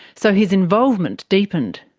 so his involvement deepened.